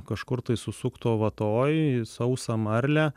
kažkur tai susukto vatoj į sausą marlę